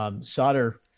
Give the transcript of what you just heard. solder